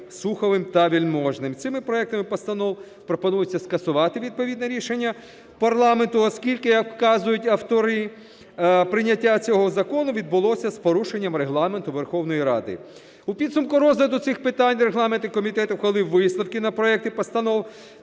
Суховим та Вельможним). Цими проектами постанов пропонується скасувати відповідне рішення парламенту, оскільки, як вказують автори, прийняття цього закону відбулося з порушенням Регламенту Верховної Ради. У підсумку розгляду цих питань регламентний комітет ухвалив висновки на проекти постанов